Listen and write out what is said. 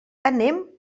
anem